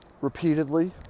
repeatedly